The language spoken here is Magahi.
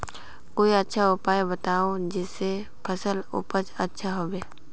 कोई अच्छा उपाय बताऊं जिससे फसल उपज अच्छा होबे